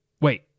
Wait